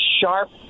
sharp